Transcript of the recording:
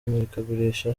murikagurisha